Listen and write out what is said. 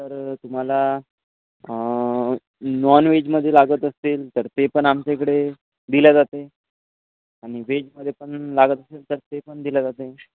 तर तुम्हाला नॉन व्हेजमध्ये लागत असेल तर ते पण आमच्याइकडे दिलं जाते आणि व्हेजमध्ये पण लागत असेल तर ते पण दिलं जाते